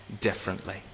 differently